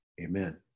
Amen